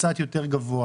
קצת יותר גבוה.